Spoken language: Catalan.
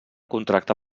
contracte